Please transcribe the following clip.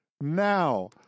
Now